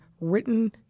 written